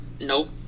Nope